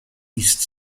east